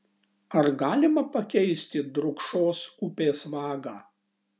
ar galima pakeisti drūkšos upės vagą